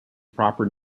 proper